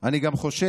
אני גם חושב